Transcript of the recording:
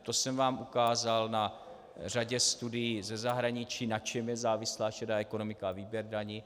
To jsem vám ukázal na řadě studií ze zahraničí, na čem je závislá šedá ekonomika a výběr daní.